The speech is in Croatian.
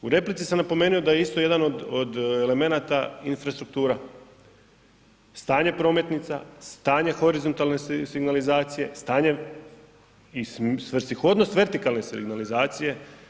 U replici sam napomenuo da je isto jedan od elemenata infrastruktura, stanje prometnica, stanje horizontalne signalizacije, stanje i svrsishodnost vertikalne signalizacije.